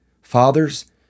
Fathers